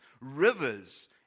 rivers